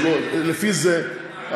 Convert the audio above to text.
לפי זה,